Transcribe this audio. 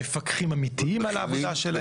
מפקחים אמיתיים על העבודה שלהם.